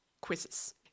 quizzes